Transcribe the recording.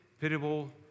pitiable